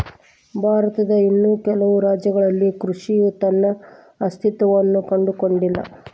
ಭಾರತದ ಇನ್ನೂ ಕೆಲವು ರಾಜ್ಯಗಳಲ್ಲಿ ಕೃಷಿಯ ತನ್ನ ಅಸ್ತಿತ್ವವನ್ನು ಕಂಡುಕೊಂಡಿಲ್ಲ